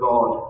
God